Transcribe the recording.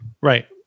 right